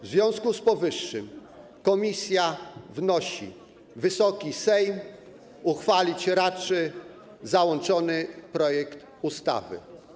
W związku z powyższym komisja wnosi: Wysoki Sejm uchwalić raczy załączony projekt ustawy.